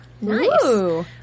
Nice